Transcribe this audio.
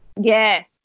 yes